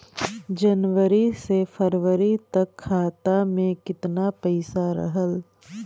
जनवरी से फरवरी तक खाता में कितना पईसा रहल?